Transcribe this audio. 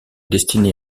destinée